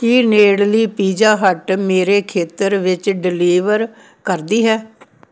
ਕੀ ਨੇੜਲੀ Pizza Hut ਮੇਰੇ ਖੇਤਰ ਵਿੱਚ ਡਿਲੀਵਰ ਕਰਦੀ ਹੈ